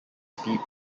speed